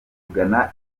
kugana